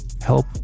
help